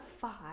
five